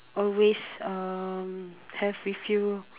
always um have with you